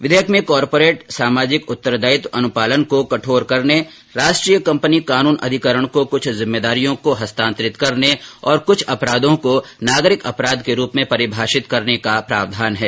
विधेयक में कॉर्पोरेट सामाजिक उत्तरदायित्व अनुपालन को कठोर करने राष्ट्रीय कंपनी कानून अधिकरण को कुछ जिम्मेदारियों को हस्तांतरित करने और कुछ अपराधों को नागरिक अपराध के रूप में परिभाषित करने का प्रावधान है